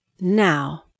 Now